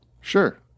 Sure